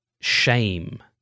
shame